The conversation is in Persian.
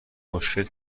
مشکل